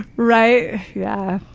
right, yeah.